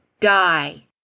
die